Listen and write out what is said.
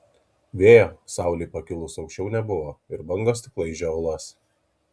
vėjo saulei pakilus aukščiau nebuvo ir bangos tik laižė uolas